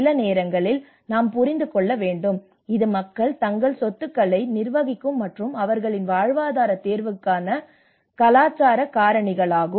சில நேரங்களில் நாம் புரிந்து கொள்ள வேண்டும் இது மக்கள் தங்கள் சொத்துக்களை நிர்வகிக்கும் மற்றும் அவர்களின் வாழ்வாதார தேர்வுகளைச் செய்வதற்கான கலாச்சார காரணிகளாகும்